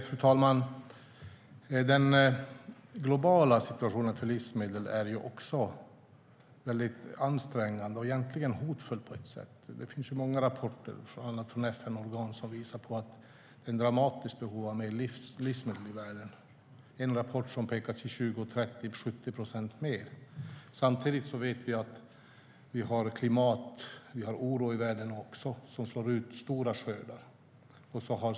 Fru talman! Den globala situationen för livsmedel är ansträngd och på ett sätt hotfull. Det finns många rapporter, bland annat från FN-organ, som visar på ett dramatiskt behov av livsmedel i världen. En rapport visar att det till 2030 behövs 70 procent mer. Samtidigt har vi klimatoro i världen som slår ut stora skördar.